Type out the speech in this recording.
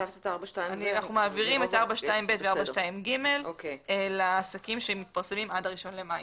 אנחנו מעבירים את 4.2ב ו-4.2ג לעסקים שמתפרסמים עד ה-1 במאי.